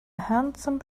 handsome